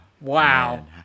wow